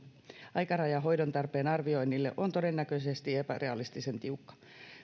aikaraja hoidontarpeen arvioinnille on todennäköisesti epärealistisen tiukka